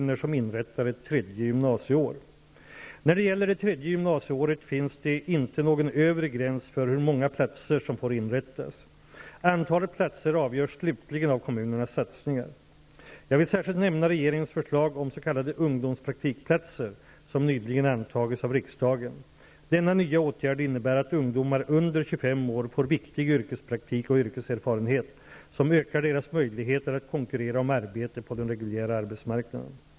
När det gäller det tredje gymnasieåret finns det inte någon övre gräns för hur många platser som får inrättas. Antalet platser avgörs slutligen av kommunernas satsningar. Jag vill särskilt nämna regeringens förslag om s.k. ungdomspraktikplatser, som nyligen antagits av riksdagen. Denna nya åtgärd innebär att ungdomar under 25 år får viktig yrkespraktik och yrkeserfarenhet, vilket ökar deras möjligheter att konkurrera om arbete på den reguljära arbetsmarknaden.